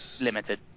limited